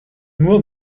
nur